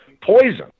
poison